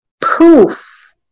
Proof